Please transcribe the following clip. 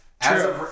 True